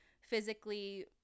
physically